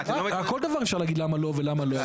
כל דבר אפשר להגיד למה לא ולמה לא.